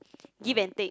give and take